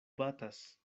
batas